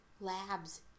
labs